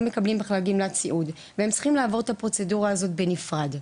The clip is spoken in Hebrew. לא מקבלים בכלל גמלת סיעוד והם צריכים לעבור את הפרוצדורה הזאת בנפרד.